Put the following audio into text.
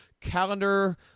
calendar